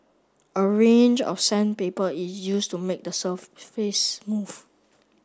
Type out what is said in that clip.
a range of sandpaper is used to make the surface smooth